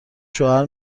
شوهر